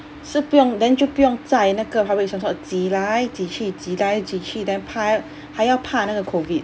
是不用 then 就不用在那个 public transport 挤来挤去挤来挤去 then 排还要怕那个 COVID